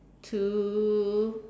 to